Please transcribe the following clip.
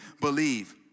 believe